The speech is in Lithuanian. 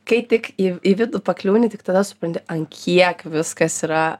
kai tik į į vidų pakliūni tik tada supranti ant kiek viskas yra